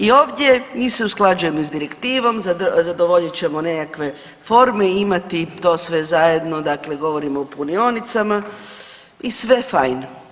I ovdje mi se usklađujemo s direktivom, zadovoljit ćemo nekakve forme i imati to sve zajedno dakle govorim o punionicama i sve fain.